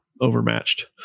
overmatched